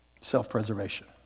Self-preservation